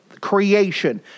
creation